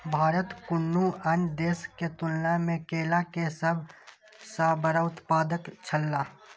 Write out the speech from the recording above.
भारत कुनू अन्य देश के तुलना में केला के सब सॉ बड़ा उत्पादक छला